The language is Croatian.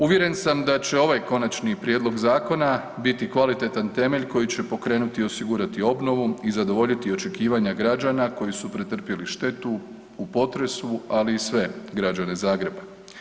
Uvjeren sam da će ovaj konačni prijedlog zakona biti kvalitetan temelj koji će pokrenuti i osigurati obnovu i zadovoljiti očekivanja građana koji su pretrpjeli štetu u potresu, ali i sve građane Zagreba.